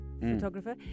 Photographer